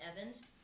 Evans